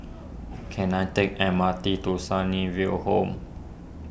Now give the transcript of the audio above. can I take M R T to Sunnyville Home